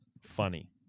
funny